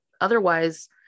Otherwise